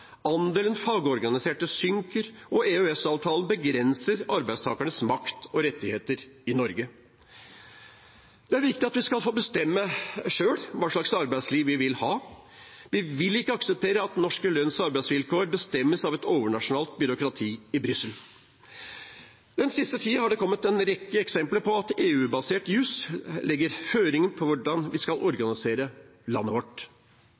andelen fagorganiserte synker, og EØS-avtalen begrenser arbeidstakernes makt og rettigheter i Norge. Det er viktig at vi skal få bestemme selv hva slags arbeidsliv vi vil ha. Vi vil ikke akseptere at norske lønns- og arbeidsvilkår bestemmes av et overnasjonalt byråkrati i Brussel. Den siste tiden har det kommet en rekke eksempler på at EU-basert jus legger føringer for hvordan vi skal organisere landet vårt.